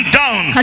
down